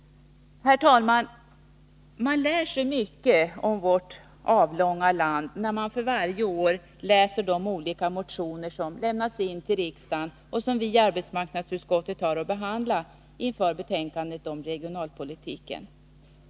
Herr talman! Man lär sig mycket om vårt avlånga land, när man för varje år läser de olika motioner som lämnas in till riksdagen och som vi i arbetsmarknadsutskottet har att behandla inför betänkandet om regionalpolitiken.